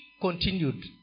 continued